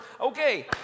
Okay